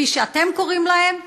כפי שאתם קוראים להם,